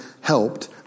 helped